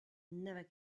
never